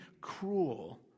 cruel